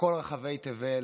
בכל רחבי תבל